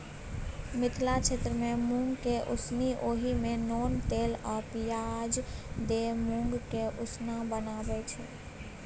मिथिला क्षेत्रमे मुँगकेँ उसनि ओहि मे नोन तेल आ पियाज दए मुँगक उसना बनाबै छै